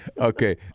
Okay